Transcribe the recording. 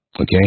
okay